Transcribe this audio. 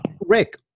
Rick